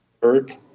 third